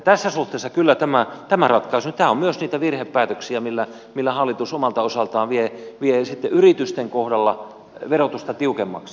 tässä suhteessa kyllä tämä ratkaisu on myös niitä virhepäätöksiä millä hallitus omalta osaltaan vie sitten yritysten kohdalla verotusta tiukemmaksi